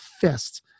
fist